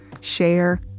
share